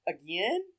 again